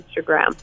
Instagram